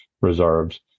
reserves